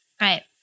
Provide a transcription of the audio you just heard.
right